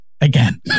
again